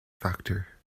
factor